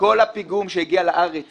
כל הפיגום שהגיע לארץ